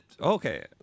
Okay